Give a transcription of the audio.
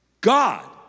God